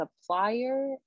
supplier